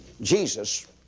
Jesus